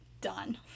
Done